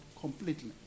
completely